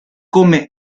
come